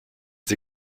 sie